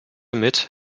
mit